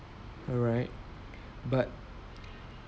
alright but